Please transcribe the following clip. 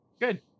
Good